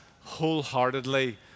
wholeheartedly